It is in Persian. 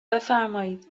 بفرمایید